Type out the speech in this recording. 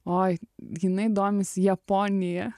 oi jinai domisi japonija